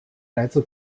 来自